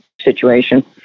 situation